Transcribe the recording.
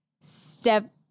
step